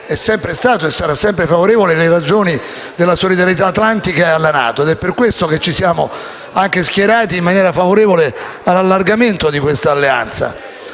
è sempre stata e sarà sempre favorevole alle ragioni della solidarietà atlantica e alla NATO. È per questo che ci siamo anche schierati in maniera favorevole all'allargamento dell'Alleanza.